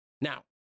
Now